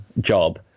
job